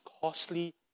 costly